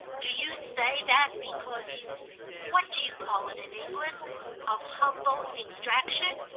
do you say that because he's what do you call it in england of humble extraction?